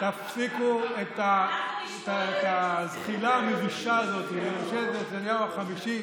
תפסיקו את הזחילה המבישה הזאת לממשלת נתניהו החמישית.